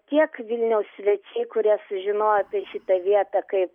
tiek vilniaus svečiai kurie sužinojo apie šitą vietą kaip